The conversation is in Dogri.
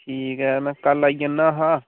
ठीक ऐ में कल्ल आई जन्ना हा